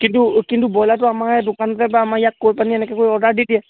কিন্তু কিন্তু ব্ৰইলাৰটো আমাৰে দোকানতে বা আমাৰ ইয়াক কৈ পেলানি এনেকৈ কৰি অৰ্ডাৰ দি দিয়ে